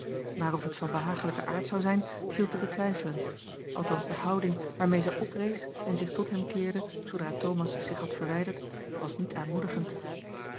of het van behagelijken aard zou zijn viel te betwijfelen althans de houding waarmee zij oprees en zich tot hem keerde zoodra thomas zich had verwijderd was niet aanmoedigend